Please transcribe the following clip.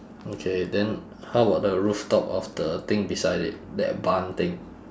okay then how about the rooftop of the thing beside it that barn thing